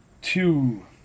two